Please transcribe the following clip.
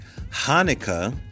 Hanukkah